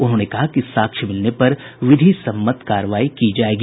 उन्होंने कहा कि साक्ष्य मिलने पर विधि सम्मत कार्रवाई की जायेगी